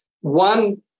one